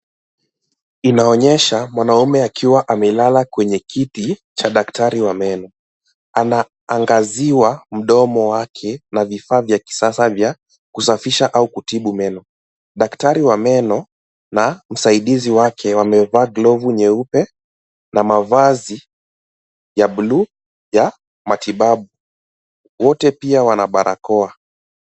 Inaonyesha mwanamme akiwa amelala kwenye kiti cha daktari wa meno. Anaangaziwa mdomo wake na vifaa vya kisasa vya kusafisha au kutibu meno. Daktari wa meno na msaidizi wake wamevaa glovu nyeupe na mavazi ya bluu ya matibabu. Wote pia wana barakoa.